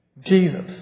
Jesus